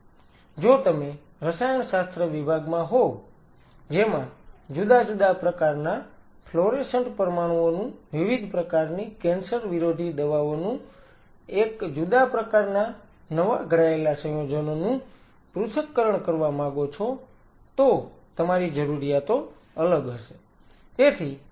જો તમે રસાયણશાસ્ત્ર વિભાગ હોવ જેમાં જુદા જુદા પ્રકારના ફ્લોરેસન્ટ પરમાણુઓનું વિવિધ પ્રકારની કેન્સર વિરોધી દવાઓનું એક જુદા પ્રકારના નવા ઘડાયેલા સંયોજનોનું પૃથ્થકરણ કરવા માગો છો તો તમારી જરૂરિયાતો અલગ હશે